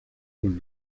con